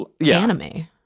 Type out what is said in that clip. anime